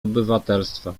obywatelstwa